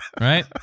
right